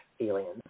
aliens